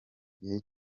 gihe